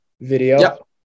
video